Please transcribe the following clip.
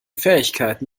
fähigkeiten